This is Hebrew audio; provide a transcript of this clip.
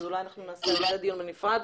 אז אולי נעשה דיון בנפרד.